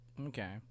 Okay